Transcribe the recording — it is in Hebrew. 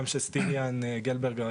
גם של סטיליאן גלברג,